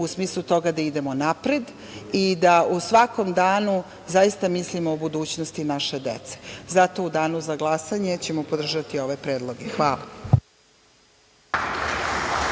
u smislu toga da idemo napred i da u svakom danu zaista mislimo o budućnosti naše dece. Zato ćemo u danu za glasanje podržati ove predloge. Hvala.